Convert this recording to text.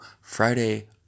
friday